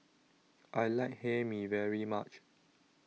I like Hae Mee very much